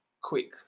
quick